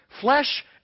Flesh